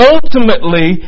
Ultimately